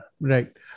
right